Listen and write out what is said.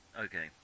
Okay